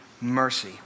mercy